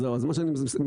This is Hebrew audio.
אז זהו, אז מה שאני מסכם: